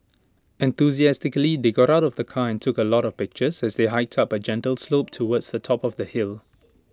enthusiastically they got out of the car and took A lot of pictures as they hiked up A gentle slope towards the top of the hill